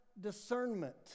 discernment